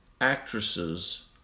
actresses